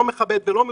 לא מכבד ולא מכובד.